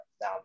now